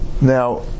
Now